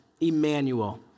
Emmanuel